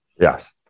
Yes